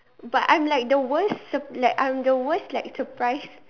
but I'm like the worst sur~ like I'm the worst like surprise